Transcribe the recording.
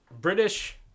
British